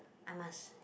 I must